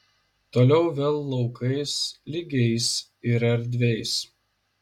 toliau vėl laukais lygiais ir erdviais